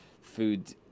food